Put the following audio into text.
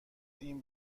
این